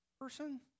person